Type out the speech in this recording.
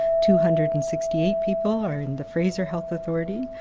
two hundred and sixty eight people are in the fraser health authority,